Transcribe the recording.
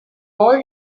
all